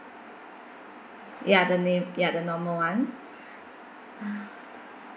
ya the name ya the normal one